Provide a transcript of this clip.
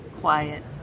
quiet